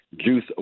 juice